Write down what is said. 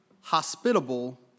hospitable